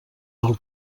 del